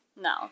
No